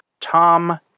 Tom